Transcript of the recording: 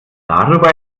darüber